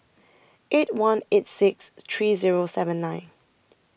eight one eight six three Zero seven nine